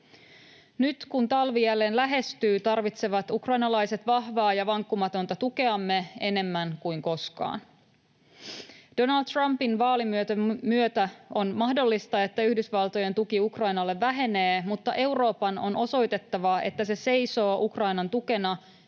Nyt kun talvi jälleen lähestyy, tarvitsevat ukrainalaiset vahvaa ja vankkumatonta tukeamme enemmän kuin koskaan. Donald Trumpin vaalivoiton myötä on mahdollista, että Yhdysvaltojen tuki Ukrainalle vähenee, mutta Euroopan on osoitettava, että se seisoo Ukrainan tukena